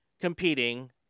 competing